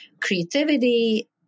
Creativity